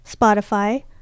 spotify